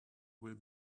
will